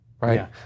right